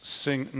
sing